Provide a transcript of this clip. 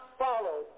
follow